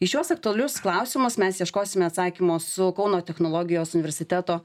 į šiuos aktualius klausimus mes ieškosime atsakymo su kauno technologijos universiteto